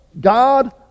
God